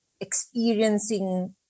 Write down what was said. experiencing